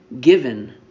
given